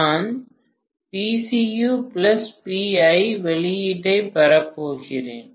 நான் வெளியீட்டைப் பெறப் போகிறேன்